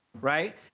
right